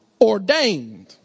ordained